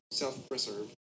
self-preserve